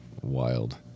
wild